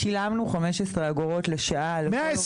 שילמנו 15 אגורות לשעה לכל עובד.